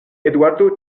eduardo